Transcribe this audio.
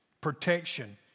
protection